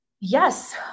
Yes